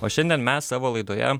o šiandien mes savo laidoje